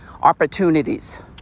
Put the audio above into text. opportunities